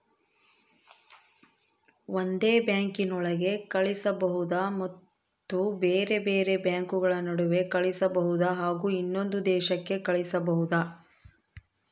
ಒಂದೇ ಬ್ಯಾಂಕಿನೊಳಗೆ ಕಳಿಸಬಹುದಾ ಮತ್ತು ಬೇರೆ ಬೇರೆ ಬ್ಯಾಂಕುಗಳ ನಡುವೆ ಕಳಿಸಬಹುದಾ ಹಾಗೂ ಇನ್ನೊಂದು ದೇಶಕ್ಕೆ ಕಳಿಸಬಹುದಾ?